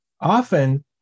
Often